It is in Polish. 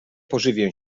pożywię